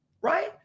right